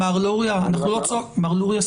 מר לוריא, סליחה.